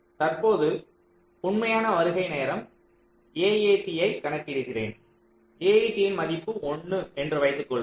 தற்போது உண்மையான வருகை நேரம் AAT ஐக் கணக்கிடுகிறேன் AAT ன் மதிப்பு 1 என்று வைத்துக் கொள்வோம்